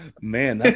Man